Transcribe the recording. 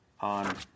on